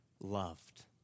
loved